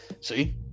see